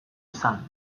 izan